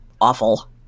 awful